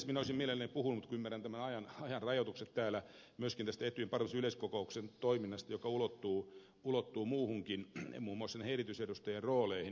minä olisin mielelläni puhunut ymmärrän tämän ajan rajoitukset täällä myöskin tästä etyjin parlamentaarisen yleiskokouksen toiminnasta joka ulottuu muuhunkin muun muassa näihin erityisedustajien rooleihin